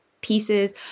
pieces